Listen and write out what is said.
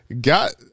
Got